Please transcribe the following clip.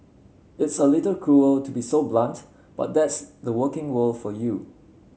it's a little cruel to be so blunt but that's the working world for you